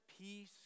peace